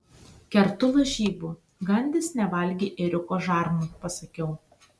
kertu lažybų gandis nevalgė ėriuko žarnų pasakiau